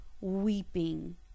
weeping